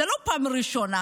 זה לא פעם ראשונה.